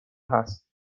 هست